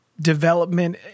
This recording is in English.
development